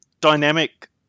dynamic